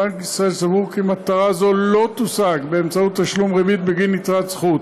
בנק ישראל סבור כי מטרה זו לא תושג באמצעות תשלום ריבית בגין יתרת זכות.